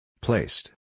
Placed